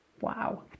Wow